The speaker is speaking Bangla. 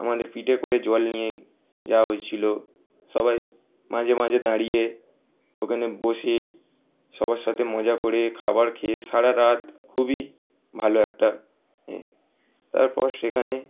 আমাদের পিঠে করে জল নিয়ে যাওয়া হয়েছিল সবাই মাঝে মাঝে দাঁড়িয়ে ওখানে বসে সবার সাথে মজা করে খাবার খেয়ে সারা রাত খুবই ভালো একটা তারপর সেখানে